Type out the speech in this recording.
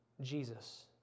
Jesus